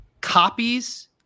copies